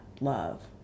love